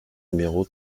numéro